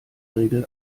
regel